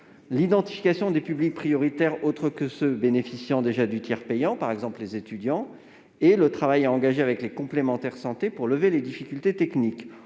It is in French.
l'identification des publics prioritaires autres que ceux qui bénéficient déjà du tiers payant- par exemple, les étudiants -et du travail à engager avec les complémentaires de santé pour lever les difficultés techniques.